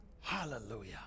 Hallelujah